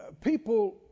people